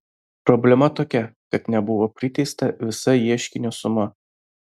problema tokia kad nebuvo priteista visa ieškinio suma